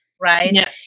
right